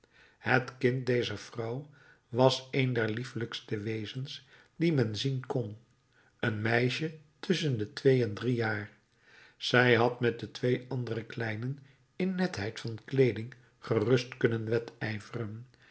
het kind dezer vrouw was een der liefelijkste wezens die men zien kon een meisje tusschen de twee en drie jaar zij had met de twee andere kleinen in netheid van kleeding gerust kunnen wedijveren